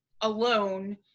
alone